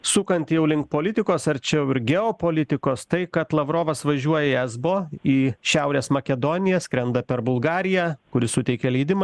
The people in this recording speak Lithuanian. sukant jau link politikos arčiau ir geopolitikos tai kad lavrovas važiuoja į esbo į šiaurės makedoniją skrenda per bulgariją kuri suteikia leidimą